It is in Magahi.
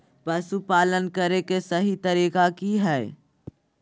पशुपालन करें के सही तरीका की हय?